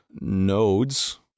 nodes